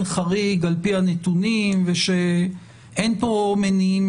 חריג על פי הנתונים ושאין פה מניעים,